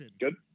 Good